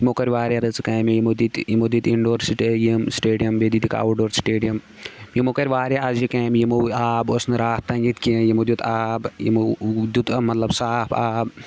یِمو کٔر واریاہ رٕژٕ کامہِ یمو دِتۍ یِمو دِتۍ اِنڈور سِٹے یِم سٹیڈیَم بیٚیہِ دِتِکھۍ آوُٹ ڈور سٹیڈیَم یِمو کَرِ واریاہ اَسجہِ کامہِ یِمو آب اوس نہٕ راتھ تانۍ ییٚتہِ کینٛہہ یِمو دیُٚت آب یِمو دیُٚت مطلب صاف آب